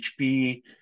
HP